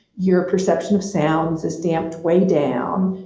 your perception of sounds is damped way down.